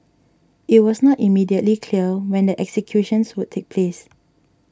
it was not immediately clear when the executions would take place